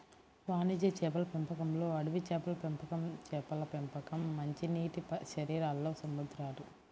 వాణిజ్య చేపల పెంపకంలోఅడవి చేపల పెంపకంచేపల పెంపకం, మంచినీటిశరీరాల్లో సముద్రాలు